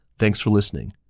thanks for listening!